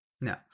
Now